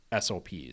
SOPs